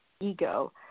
ego